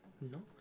no